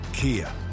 Kia